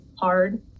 hard